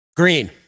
Green